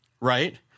right